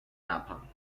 japan